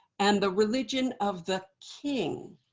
and the religion of the king